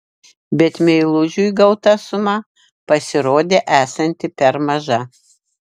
bet meilužiui gauta suma pasirodė esanti per maža